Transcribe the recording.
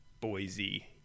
Boise